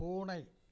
பூனை